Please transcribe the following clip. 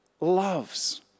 loves